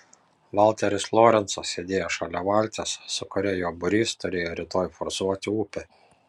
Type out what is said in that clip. valteris lorencas sėdėjo šalia valties su kuria jo būrys turėjo rytoj forsuoti upę